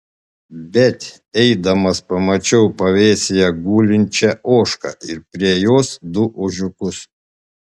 bet eidamas pamačiau pavėsyje gulinčią ožką ir prie jos du ožiukus